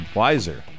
wiser